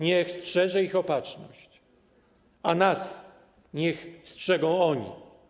Niech strzeże ich opatrzność, a nas niech strzegą oni.